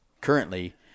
currently